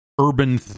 urban